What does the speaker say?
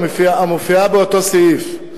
המופיעות באותו סעיף.